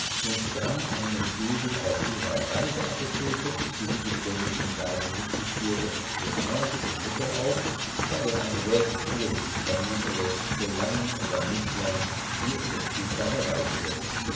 und drang einem jeden aus ihrer reiseapotheke die sie beständig im wagen mit sich führte energische mittel auf da denn eine solche kur wie sich vermuten läßt gelang oder mißlang wie es der zufall herbeiführte